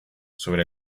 sobre